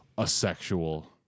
asexual